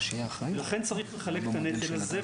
לכן צריך לחלק את הנטל הזה.